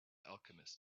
alchemist